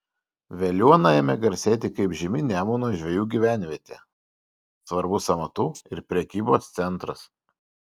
veliuona ėmė garsėti kaip žymi nemuno žvejų gyvenvietė svarbus amatų ir prekybos centras